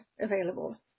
available